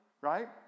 right